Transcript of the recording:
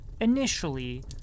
initially